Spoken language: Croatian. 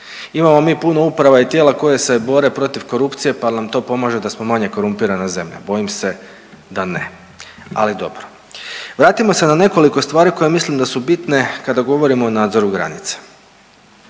Imamo mi puno uprava i tijela koje se bore protiv korupcije, pa nam to pomaže da smo manje korumpirana zemlja. Bojim se da ne, ali dobro. Vratimo se na nekoliko stvari koje mislim da su bitne kada govorimo o nadzoru granica.